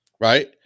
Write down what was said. right